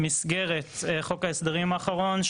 במסגרת חוק ההסדרים האחרון,